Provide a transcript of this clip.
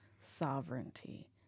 sovereignty